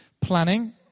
planning